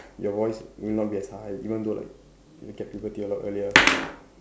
your voice will not be as high even though like you'll get puberty a lot earlier